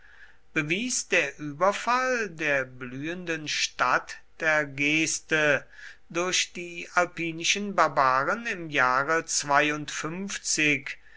bewies der überfall der blühenden stadt tergeste durch die alpinischen barbaren im jahre